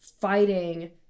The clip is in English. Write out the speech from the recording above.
fighting